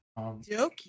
Okay